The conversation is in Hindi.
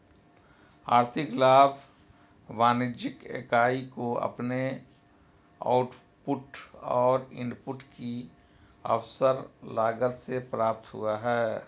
आर्थिक लाभ वाणिज्यिक इकाई को अपने आउटपुट और इनपुट की अवसर लागत से प्राप्त हुआ है